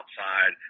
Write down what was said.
outside